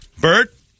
Bert